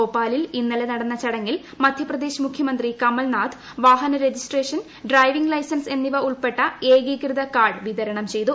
ഭോപാലിൽ ഇന്നലെ നടന്ന ചടങ്ങിൽ മധ്യപ്രദേശ് മുഖ്യമന്ത്രി കമൽനാഥ് വാഹന രജിസ്ട്രേഷൻ ഡ്രൈവിംഗ് ലൈസൻസ് എന്നിവ ഉൾപ്പെട്ട ഏകീകൃത കാർഡ് വിതരണം ചെയ്തു